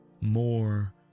more